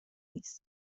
نیست